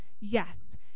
yes